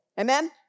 Amen